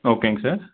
ஓகேங்க சார்